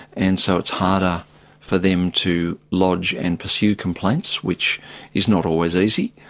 and so it's harder for them to lodge and pursue complaints, which is not always easy.